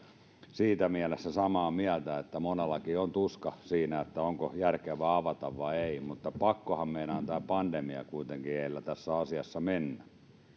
siinä mielessä samaa mieltä että monellakin on tuska siinä onko järkevää avata vai ei mutta pakkohan meidän on kuitenkin tämä pandemia edellä tässä asiassa mennä